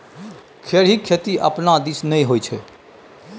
खेढ़ीक खेती अपना दिस नै होए छै